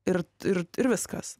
ir ir ir viskas